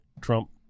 trump